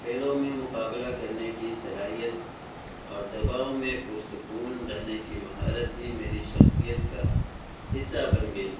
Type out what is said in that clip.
کھیلوں میں مقابلہ کرنے کی صلاحیت اور دباؤ میں پرسکون رہنے کی مہارت بھی میری شخصیت کا حصہ بن گئی